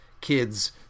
kids